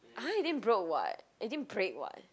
[huh] it didn't broke [what] it didn't break [what]